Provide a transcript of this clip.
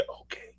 okay